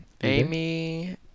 Amy